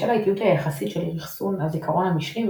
בשל האיטיות היחסית של אחסון הזיכרון המשני,